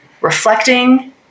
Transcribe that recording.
reflecting